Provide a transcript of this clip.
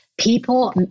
People